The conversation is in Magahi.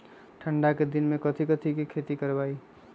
ठंडा के दिन में कथी कथी की खेती करवाई?